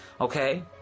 okay